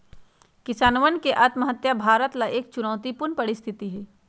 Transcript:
किसानवन के आत्महत्या भारत ला एक चुनौतीपूर्ण परिस्थिति हई